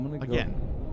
Again